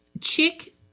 Chick